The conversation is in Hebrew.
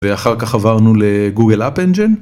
ואחר כך עברנו לגוגל אפ אנג'ן.